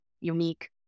unique